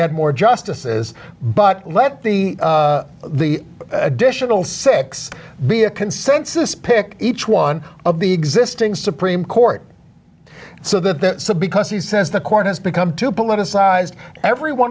add more justices but let the the additional six be a consensus pick each one of the existing supreme court so that because he says the court has become too politicized every one